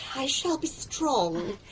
i shall be strong.